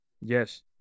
Yes